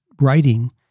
writing